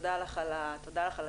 תודה על הדברים.